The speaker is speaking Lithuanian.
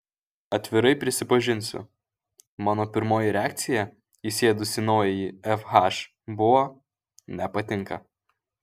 atvirai prisipažinsiu mano pirmoji reakcija įsėdus į naująjį fh buvo nepatinka